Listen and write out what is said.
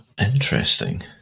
interesting